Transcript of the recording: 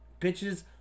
Bitches